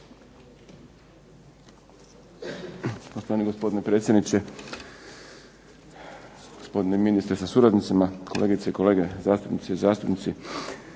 Hvala vam